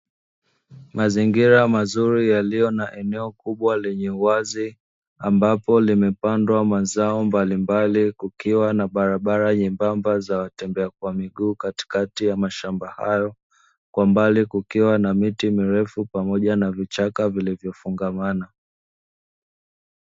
Mazingira mazuri yaliyo na eneo kubwa lenye uwazi, ambapo limepandwa mazao mbalimbali kukiwa na barabara nyembamba za wa tembea kwa miguu katikati ya mashamba hayo, kwa mbali kukiwa na miti mirefu pamoja na vichaka vilivyofungamana.